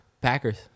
Packers